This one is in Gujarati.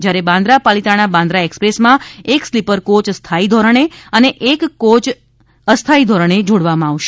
જ્યારે બાન્દ્રા પાલીતાણા બાન્દ્રા એક્સપ્રેસમાં એક સ્લીપર કોચ સ્થાયી ધોરણે અને એક કોચ સ્લીપરકોચ અસ્થાયી ધોરણે જોડવામાં આવશે